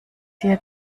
dir